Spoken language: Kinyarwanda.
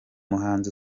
muhanzi